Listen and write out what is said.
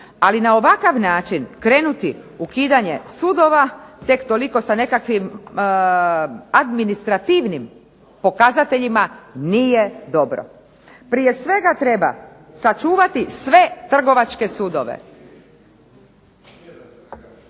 Ali na ovakav način krenuti ukidanje sudova, tek toliko sa nekakvim administrativnim pokazateljima nije dobro. Prije svega treba sačuvati sve trgovačke sudove.